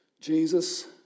Jesus